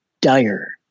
dire